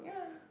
yeah